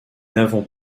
n’avons